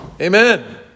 Amen